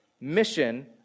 Mission